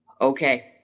okay